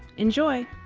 enjoy!